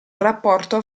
rapporto